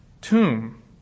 tomb